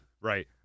right